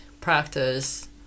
practice